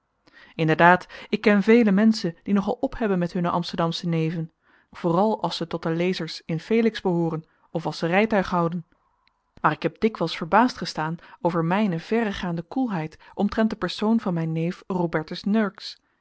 inderdaad ik ken vele menschen die nog al ophebben met hunne amsterdamsche neven vooral als ze tot de lezers in felix behooren of als ze rijtuig houden maar ik heb dikwijls verbaasd gestaan over mijne verregaande koelheid omtrent den persoon van mijn neef